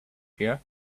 here